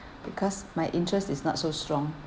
because my interest is not so strong